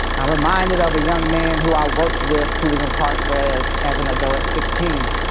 i'm reminded of a young man who i worked with who was incarcerated as an adult at sixteen.